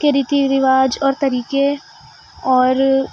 کے ریتی رواج اور طریقے اور